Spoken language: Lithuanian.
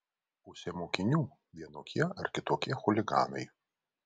pusė mokinių vienokie ar kitokie chuliganai